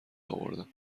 اوردم